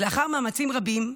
אז לאחר מאמצים רבים,